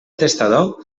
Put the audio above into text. testador